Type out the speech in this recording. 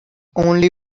only